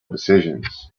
decisions